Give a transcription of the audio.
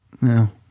No